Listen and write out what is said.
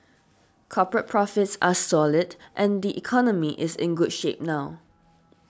corporate profits are solid and the economy is in good shape now